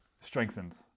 strengthened